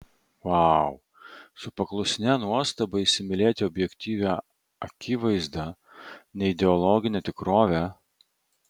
vau su paklusnia nuostaba įsimylėti objektyvią akivaizdą neideologinę tikrovę